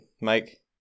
Mike